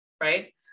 right